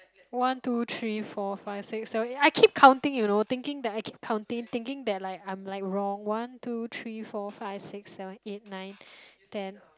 one two three four five six seven eight I keep counting you know thinking that I keep counting thinking that like I am like wrong one two three four five six seven eight nine ten